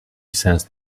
sensed